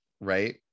Right